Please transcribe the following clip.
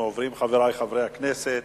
אנחנו עוברים, חברי חברי הכנסת,